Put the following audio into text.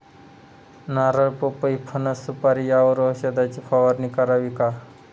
नारळ, पपई, फणस, सुपारी यावर औषधाची फवारणी करावी का?